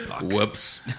Whoops